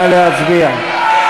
נא להצביע.